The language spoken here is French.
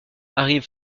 arrive